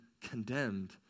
condemned